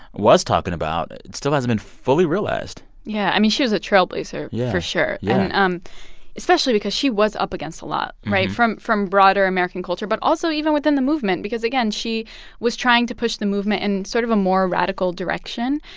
was talking about, still hasn't been fully realized yeah, i mean, she was a trailblazer yeah for sure yeah, yeah and um especially because she was up against a lot right? from from broader american culture, but also even within the movement because, again, she was trying to push the movement in sort of a more radical direction.